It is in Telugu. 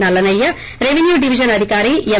నల్లనయ్య రెవెన్యూ డివిజనల్ అధికారి ఎం